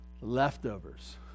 Leftovers